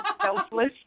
selfless